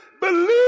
believe